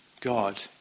God